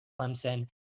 Clemson